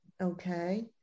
Okay